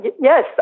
Yes